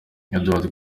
edward